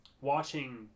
watching